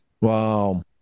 wow